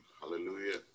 Hallelujah